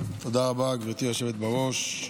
גברתי היושבת בראש.